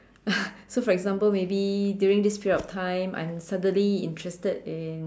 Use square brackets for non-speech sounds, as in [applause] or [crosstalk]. [laughs] so example maybe during this period of time I'm suddenly interested in